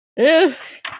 oof